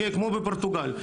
כמו בפורטוגל,